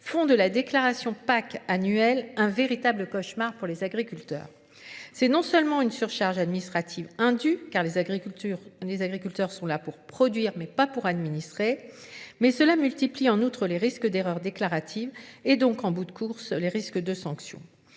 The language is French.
font de la déclaration PAC annuelle un véritable cauchemar pour les agriculteurs. C'est non seulement une surcharge administrative indu, car les agriculteurs sont là pour produire mais pas pour administrer, mais cela multiplie en outre les risques d'erreurs déclaratives et donc en bout de course les risques de sanctions.